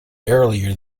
earlier